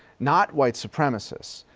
not white supremacists.